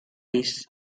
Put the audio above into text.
pis